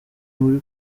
muri